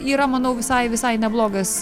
yra manau visai visai neblogas